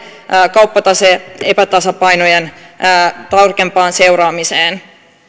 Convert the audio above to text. kauppatase epätasapainojen tarkempaan seuraamiseen